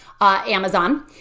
Amazon